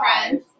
friends